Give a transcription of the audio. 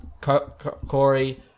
Corey